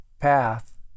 path